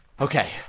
Okay